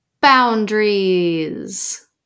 Boundaries